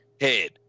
head